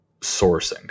sourcing